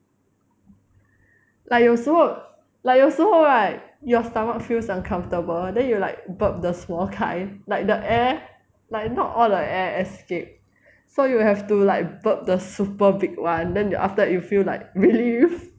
like 有时候 like 有时候 right your stomach feels uncomfortable then you like burp the small kind like the air like not all the air escape so you have to like burp the super big [one] then after that you feel like relief